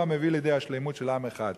הוא המביא לידי השלמות של עם אחד".